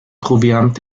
proviant